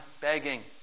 begging